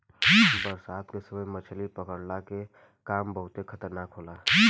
बरसात के समय मछली पकड़ला के काम बहुते खतरनाक होला